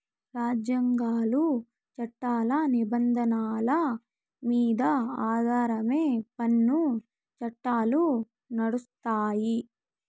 రాజ్యాంగాలు, చట్టాల నిబంధనల మీద ఆధారమై పన్ను చట్టాలు నడుస్తాయి